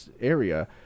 area